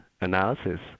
analysis